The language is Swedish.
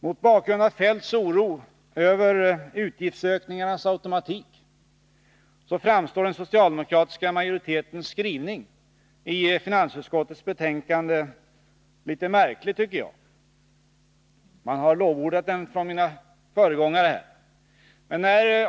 Mot bakgrund av Kjell-Olof Feldts oro över utgiftsökningarnas automatik framstår den socialdemokratiska majoritetens skrivning i finansutskottets betänkande nr 30 som litet märklig, tycker jag; mina föregångare här har lovordat den.